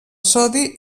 sodi